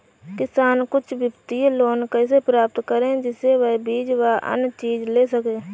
किसान कुछ वित्तीय लोन कैसे प्राप्त करें जिससे वह बीज व अन्य चीज ले सके?